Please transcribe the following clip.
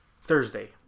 Thursday